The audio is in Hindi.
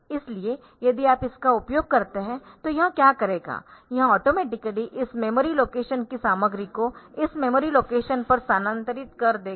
इसलिए यदि आप इसका उपयोग करते है तो यह क्या करेगा यह ऑटोमेटिकली इस मेमोरी लोकेशन की सामग्री को इस मेमोरी लोकेशनपर स्थानांतरित कर देगा